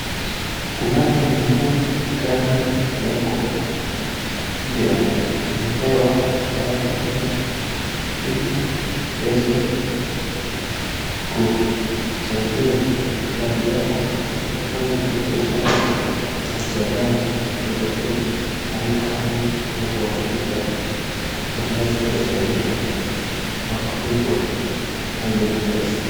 Unaponunua gari yako mpya, unapewa kadi hii ili iweze kusaidia gari yako hapo unapopata majeraha ndogo ndogo ama gari inapoharibika utaweza kusaidika kwa kulipwa hayo pesa.